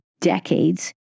decades